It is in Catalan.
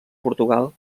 portugal